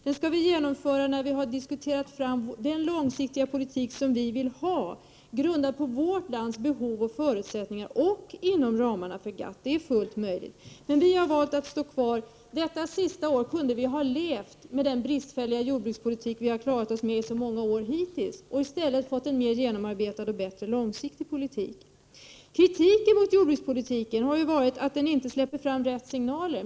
Dem skall vi genomföra när vi har diskuterat oss fram till den långsiktiga politik som vi vill ha, grundad på vårt lands behov och förutsättningar och inom ramarna för GATT. Det är fullt möjligt. Men vi har alltså valt att stå kvar vid vår uppfattning. Detta sista år kunde vi ha levt med den bristfälliga jordbrukspolitik som vi har klarat oss med så många år hittills och i stället fått en mer genomarbetad och bättre långsiktig politik. Kritiken mot jordbrukspolitiken har varit att den inte släpper fram rätt signaler.